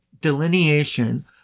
delineation